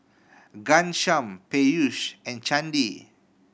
Ghanshyam Peyush and Chandi